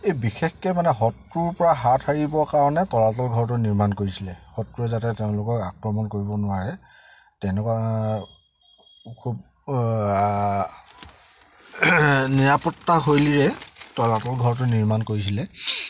এই বিশেষকৈ মানে শত্ৰুৰ পৰা হাত সাৰিবৰ কাৰণে তলাতল ঘৰটো নিৰ্মাণ কৰিছিলে শত্ৰুৱে যাতে তেওঁলোকক আক্ৰমণ কৰিব নোৱাৰে তেনেকুৱা খুব নিৰাপত্তাশৈলীৰে তলাতল ঘৰটো নিৰ্মাণ কৰিছিলে